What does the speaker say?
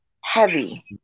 heavy